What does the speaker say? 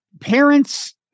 parents